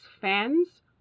fans